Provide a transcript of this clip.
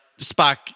Spock